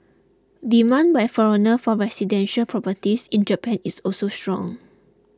demand by foreigners for residential properties in Japan is also strong